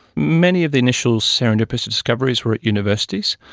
many of the initial serendipitous discoveries were at universities,